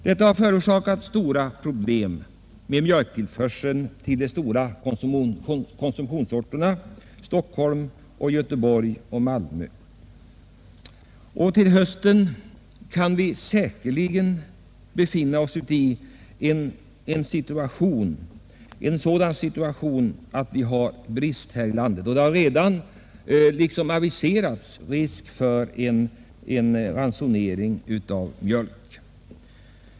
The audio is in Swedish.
Den har skapat stora problem för mjölkförsörjningen i de stora konsumtionsorterna Stockholm, Göteborg och Malmö. Till hösten kommer vi säkerligen befinna oss i den situationen att det här i landet råder brist på mjölk. Det har redan aviserats att det kan bli nödvändigt att införa ransonering av mjölk.